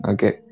Okay